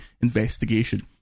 investigation